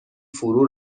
فرو